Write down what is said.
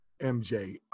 MJ